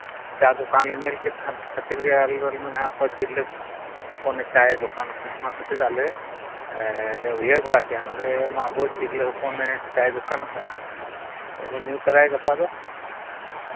ᱪᱟ ᱫᱚᱠᱟᱱ ᱞᱮ ᱧᱮ ᱠᱮᱫ ᱠᱷᱟᱱ ᱠᱷᱟᱹᱛᱤᱨ ᱜᱮ ᱟᱞᱮ ᱫᱚᱞᱮ ᱢᱮᱱᱮᱜᱼᱟ ᱚᱠᱚᱭ ᱛᱤᱨᱞᱟᱹ ᱦᱚᱯᱚᱱᱮ ᱪᱟᱭ ᱫᱚᱠᱟᱱ ᱟᱠᱟᱜᱼᱟ ᱚᱱᱟ ᱠᱷᱟᱹᱛᱤᱨ ᱟᱞᱮ ᱩᱭᱦᱟᱹᱨ ᱵᱟᱲᱟ ᱠᱮᱜᱼᱟ ᱱᱚᱰᱮᱢᱟ ᱟᱵᱚᱭᱤᱡ ᱛᱤᱨᱞᱟᱹ ᱦᱚᱯᱚᱱᱮ ᱪᱟᱭ ᱫᱚᱠᱟᱱ ᱟᱠᱟᱜᱼᱟ ᱟᱫᱚ ᱵᱚᱱ ᱧᱩ ᱛᱚᱨᱟᱭᱟ ᱜᱟᱯᱟ ᱫᱚ